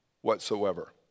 whatsoever